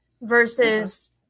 versus